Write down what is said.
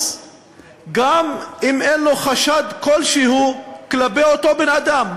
גם אם אין לו חשד כלשהו כלפי אותו בן-אדם.